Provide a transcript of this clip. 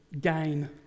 gain